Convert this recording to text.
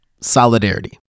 solidarity